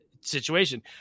situation